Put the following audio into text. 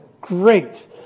great